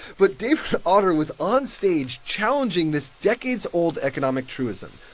but david autor was onstage challenging this decades-old economic truism,